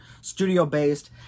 studio-based